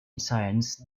science